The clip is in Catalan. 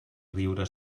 riure